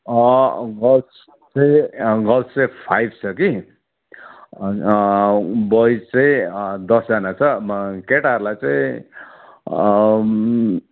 girls चाहिँ girls चाहिँ five छ कि बोइज चाहिँ दसजाना छ केटाहरूलाई चाहिँ